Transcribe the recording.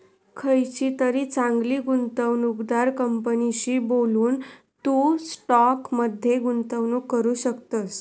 खयचीतरी चांगली गुंवणूकदार कंपनीशी बोलून, तू स्टॉक मध्ये गुंतवणूक करू शकतस